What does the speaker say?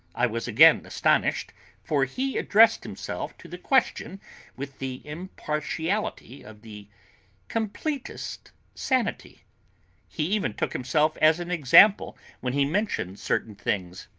i was again astonished, for he addressed himself to the question with the impartiality of the completest sanity he even took himself as an example when he mentioned certain things.